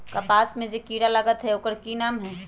कपास में जे किरा लागत है ओकर कि नाम है?